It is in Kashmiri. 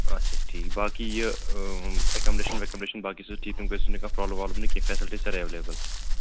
اَچھا اَچھا ٹھیٖک باقٕے یہِ ایکامَڈیشَن ویکامڈیشن باقٕے سَر ٹھیٖک تِمَن گژھِ نہٕ پرٛابلِم وابِلِم نہَ کیٚنٛہہ فیٚسلٹیٖز ساریٚے ایٚوٚیلیبٕل